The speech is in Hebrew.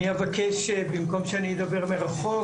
במקום שאני אדבר מרחוק,